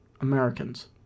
Americans